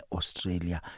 Australia